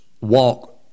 walk